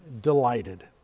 delighted